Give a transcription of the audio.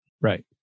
Right